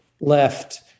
left